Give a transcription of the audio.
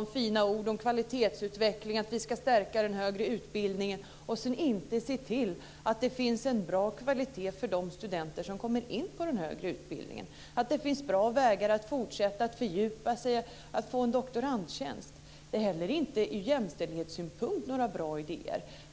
med fina ord prata om kvalitetsutveckling och att vi ska stärka den högre utbildningen och sedan inte se till att det finns en bra kvalitet för de studenter som kommer in på den högre utbildningen, att det finns bra vägar att fortsätta att fördjupa sig och att få en doktorandtjänst. Det är heller inte ur jämställdhetssynpunkt några bra idéer.